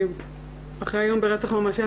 אחרי איום ברצח ממשי,